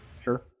Sure